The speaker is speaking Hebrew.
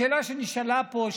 לשאלה שנשאלה פה,